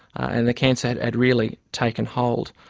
and the cancer had really taken hold.